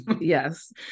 Yes